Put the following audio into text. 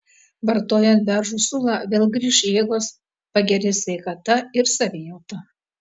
vartojant beržų sulą vėl grįš jėgos pagerės sveikata ir savijauta